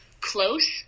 close